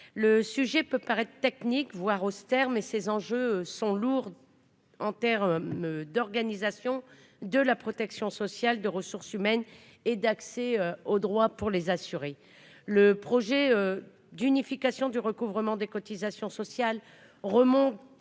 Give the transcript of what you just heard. Le sujet peut paraître technique, voire austère, mais ses enjeux sont lourds en termes d'organisation de la protection sociale, de ressources humaines et d'accès au droit pour les assurés. Le projet d'unification du recouvrement des cotisations sociales remonte